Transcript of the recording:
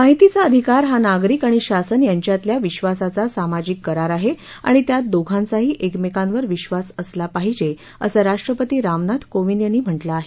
माहितीचा अधिकार हा नागरिक आणि शासन यांच्यातल्या विधासाचा सामाजिक करार आहे आणि त्यात दोघांचाही एकमेकांवर विक्वास असला पाहिजे असं राष्ट्रपती रामनाथ कोंविद यांनी म्हटलं आहे